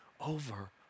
over